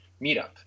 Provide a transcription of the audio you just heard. meetup